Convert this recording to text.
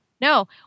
no